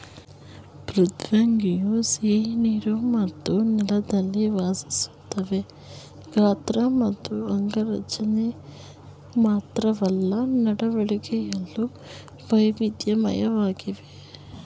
ಮೃದ್ವಂಗಿಯು ಸಿಹಿನೀರು ಮತ್ತು ನೆಲದಲ್ಲಿ ವಾಸಿಸ್ತವೆ ಗಾತ್ರ ಮತ್ತು ಅಂಗರಚನೆಲಿ ಮಾತ್ರವಲ್ಲ ನಡವಳಿಕೆಲು ವೈವಿಧ್ಯಮಯವಾಗಿವೆ